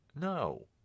No